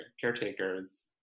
caretakers